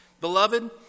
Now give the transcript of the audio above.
Beloved